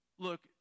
look